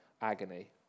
agony